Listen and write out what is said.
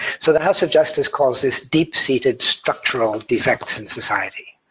so the house of justice calls this deep-seated structural defects in society.